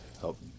help